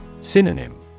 Synonym